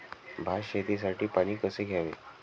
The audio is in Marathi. भात शेतीसाठी पाणी कसे द्यावे?